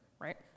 right